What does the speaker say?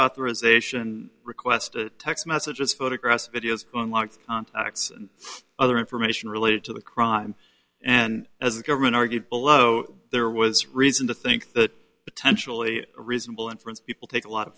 authorization request text messages photographs videos online contacts other information related to the crime and as the government argued below there was reason to think that potentially reasonable inference people take a lot of